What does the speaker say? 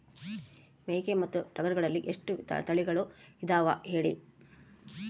ಮೇಕೆ ಮತ್ತು ಟಗರುಗಳಲ್ಲಿ ಎಷ್ಟು ತಳಿಗಳು ಇದಾವ ಹೇಳಿ?